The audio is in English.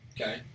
Okay